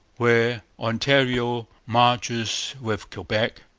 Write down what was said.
where ontario marches with quebec.